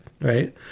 right